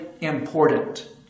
important